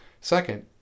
Second